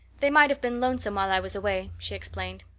they might have been lonesome while i was away, she explained.